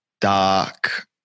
dark